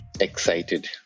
Excited